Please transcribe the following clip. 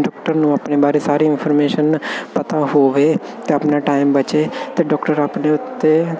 doctor ਨੂੰ ਆਪਣੇ ਬਾਰੇ ਸਾਰੀ ਇਨਫੋਰਮੇਸ਼ਨ ਪਤਾ ਹੋਵੇ ਅਤੇ ਆਪਣਾ ਟਾਈਮ ਬਚੇ ਅਤੇ ਡਾਕਟਰ ਆਪਣੇ ਉੱਤੇ